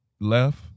Left